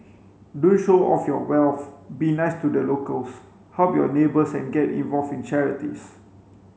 don't show off your wealth be nice to the locals help your neighbours and get involved in charities